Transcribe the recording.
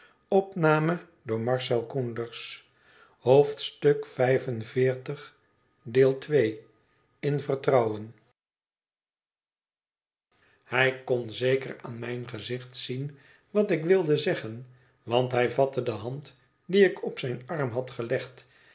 hij kon zeker aan mijn gezicht zien wat ik wilde zeggen want hij vatte de hand die ik op zijn arm had gelegd